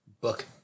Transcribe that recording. book